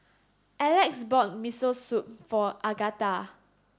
Elex bought Miso Soup for Agatha